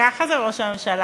ככה זה ראש הממשלה,